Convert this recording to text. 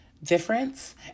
Difference